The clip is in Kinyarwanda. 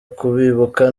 kubibuka